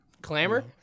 Clamor